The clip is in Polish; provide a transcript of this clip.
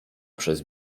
przez